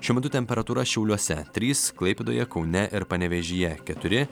šiuo metu temperatūra šiauliuose trys klaipėdoje kaune ir panevėžyje keturi